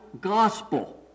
gospel